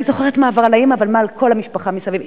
אני זוכרת מה עבר על האמא ומה עבר על כל המשפחה מסביב.